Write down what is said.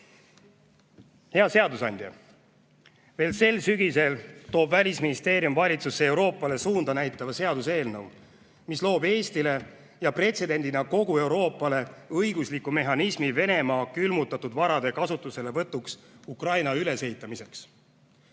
seadusandja! Veel sel sügisel toob Välisministeerium valitsusse Euroopale suunda näitava seaduseelnõu, mis loob Eestile ja pretsedendina kogu Euroopale õigusliku mehhanismi Venemaa külmutatud varade kasutuselevõtuks Ukraina ülesehitamiseks.